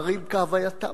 דברים כהווייתם.